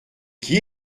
qui